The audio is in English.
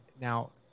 now